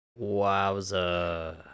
Wowza